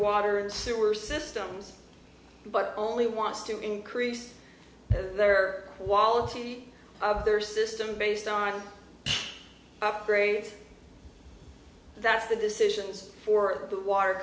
water and sewer systems but only wants to increase their quality of their system based on upgrades that's the decisions for the water